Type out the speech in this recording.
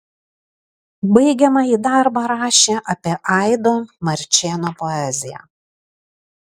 baigiamąjį darbą rašė apie aido marčėno poeziją